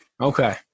Okay